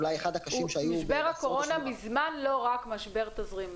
אולי הקשים שהיו -- משבר הקורונה מזמן לא רק משבר תזרימי.